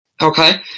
okay